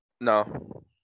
No